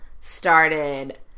started